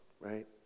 right